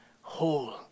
whole